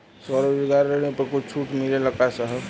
स्वरोजगार ऋण पर कुछ छूट मिलेला का साहब?